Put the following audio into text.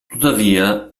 tuttavia